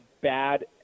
bad